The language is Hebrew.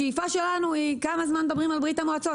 השאיפה שלנו היא כמה זמן מדברים על "ברית המועצות"?